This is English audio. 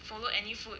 follow any food